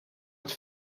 het